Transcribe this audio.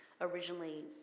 originally